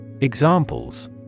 Examples